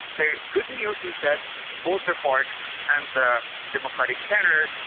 the good news is that both the farc and the democratic centre,